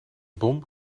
bom